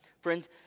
Friends